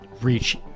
reach